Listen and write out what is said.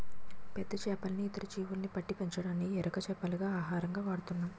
పెద్ద చేపల్ని, ఇతర జీవుల్ని పట్టి పెంచడానికి ఎర చేపల్ని ఆహారంగా వాడుతున్నాం